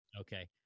Okay